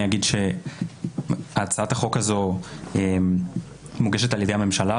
אני אגיד שהצעת החוק הזו מוגשת על ידי הממשלה,